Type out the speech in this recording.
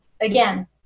again